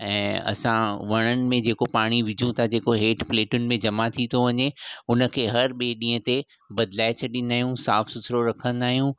ऐं असां वणनि में जेको पाणी विझूं था जेको हेठि प्लेटुनि में जमा थी थो वञे हुनखे हर ॿिए ॾींहं ते बदिलाए छॾींदा आहियूं साफ़ु सुथिरो रखंदा आहियूं